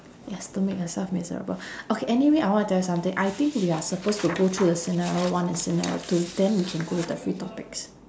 yes don't make yourself miserable okay anyway I want to tell you something I think we are supposed to go through the scenario one and scenario two then we can go with the free topics